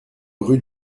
rue